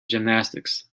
gymnastics